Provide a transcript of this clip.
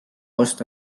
osta